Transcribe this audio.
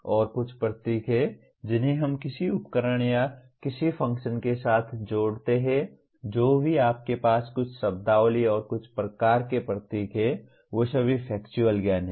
और कुछ प्रतीक हैं जिन्हें हम किसी उपकरण या किसी फ़ंक्शन के साथ जोड़ते हैं जो भी आपके पास कुछ शब्दावली और कुछ प्रकार के प्रतीक हैं वे सभी फैक्चुअल ज्ञान हैं